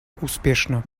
успешно